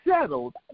settled